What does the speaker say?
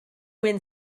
win